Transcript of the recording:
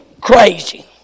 crazy